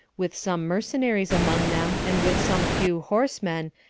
with some mercenaries among them, and with some few horsemen,